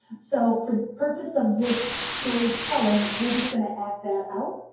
so for the purpose of this storytelling, we're just going to act that out.